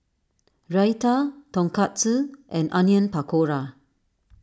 Raita Tonkatsu and Onion Pakora